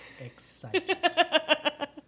excited